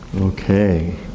Okay